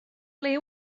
ble